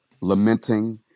lamenting